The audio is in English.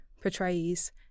portrays